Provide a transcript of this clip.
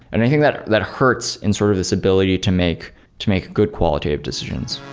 and i think that that hurts in sort of this ability to make to make good qualitative decisions